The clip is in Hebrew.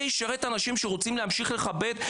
זה ישרת את האנשים שרוצים להמשיך לכבד?